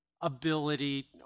ability